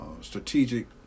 strategic